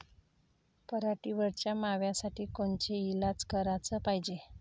पराटीवरच्या माव्यासाठी कोनचे इलाज कराच पायजे?